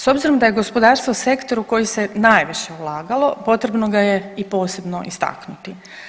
S obzirom da je gospodarstvo sektor u koji se najviše ulagalo potrebno ga je i posebno istaknuti.